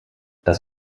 das